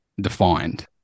defined